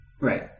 Right